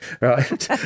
right